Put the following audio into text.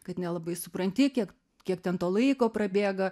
kad nelabai supranti kiek kiek ten to laiko prabėga